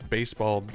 Baseball